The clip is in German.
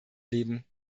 leben